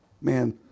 Man